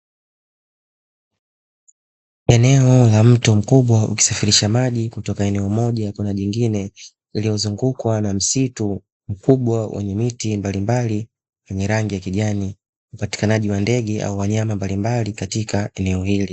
Eneo la mto mkubwa ukisafirisha maji kutoka eneo moja kwenda jingine lililozungukwa na msitu mkubwa wenye miti mbalimbali yenye rangi ya kijani, upatikanaji wa ndege au wanyama mbalimbali katika eneo hili.